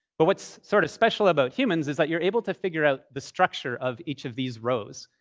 but what's sort of special about humans is that you're able to figure out the structure of each of these rows,